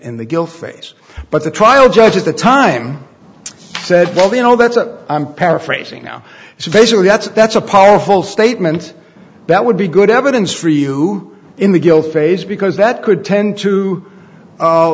in the guilt phase but the trial judge at the time said well you know that's a i'm paraphrasing now so basically that's a that's a powerful statement that would be good evidence for you in the guilt phase because that could tend to